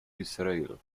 israel